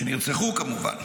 שנרצחו, כמובן.